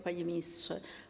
Panie Ministrze!